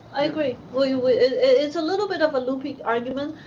i agree. we will it's a little bit of a looping argument.